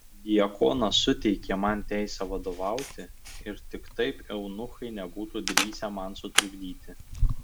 diakonas suteikė man teisę vadovauti ir tik taip eunuchai nebūtų drįsę man sutrukdyti